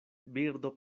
birdo